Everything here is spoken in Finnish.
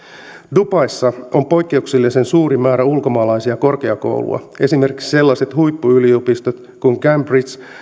dubaissa on poikkeuksellisen suuri määrä ulkomaalaisia korkeakouluja esimerkiksi sellaiset huippuyliopistot kuin cambridge